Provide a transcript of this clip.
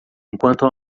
enquanto